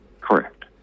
Correct